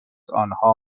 آنها